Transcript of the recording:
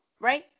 Right